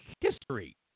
history